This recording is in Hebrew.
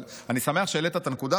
אבל אני שמח שהעלית את הנקודה